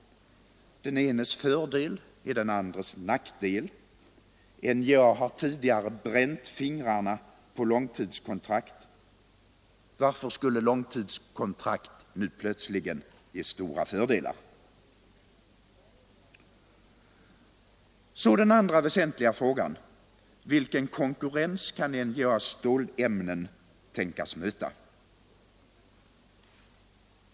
Men den enes fördel är den andres nackdel. NJA har tidigare bränt fingrarna på långtidskontrakt. Varför skulle de nu plötsligt ge stora fördelar? Den andra väsentliga frågan är: Vilken konkurrens kan NJA:s stålämnen tänkas möta?